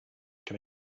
can